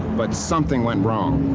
but something went wrong.